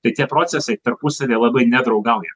tai tie procesai tarpusavyje labai nedraugauja